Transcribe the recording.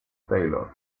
taylor